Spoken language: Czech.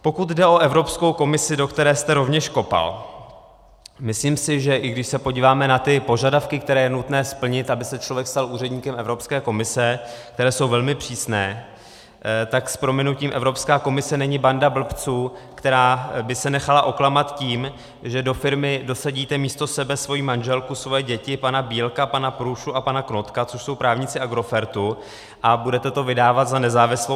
Pokud jde o Evropskou komisi, do které jste rovněž kopal, myslím si, že i když se podíváme na ty požadavky, které je nutné splnit, aby se člověk stal úředníkem Evropské komise, které jsou velmi přísné, tak s prominutím Evropská komise není banda blbců, která by se nechala oklamat tím, že do firmy dosadíte místo sebe svoji manželku, svoje děti, pana Bílka, pana Průšu a pana Knotka, což jsou právníci Agrofertu, a budete to vydávat za nezávislou entitu.